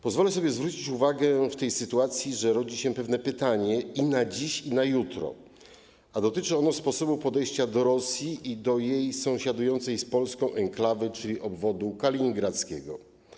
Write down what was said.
Pozwolę sobie zwrócić uwagę na to, że w tej sytuacji rodzi się pewne pytanie - ważne i dziś, i jutro - a dotyczy ono sposobu podejścia do Rosji i do jej sąsiadującej z Polską enklawy, czyli obwodu kaliningradzkiego.